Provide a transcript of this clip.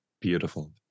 Beautiful